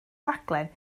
rhaglen